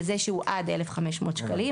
וזה אומר שהוא עד כ-1,500 ₪,